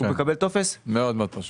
הוא מקבל טופס עם כתובת ומספר.